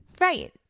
right